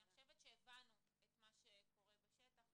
כי אני חושבת שהבנו את מה שקורה בשטח.